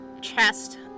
chest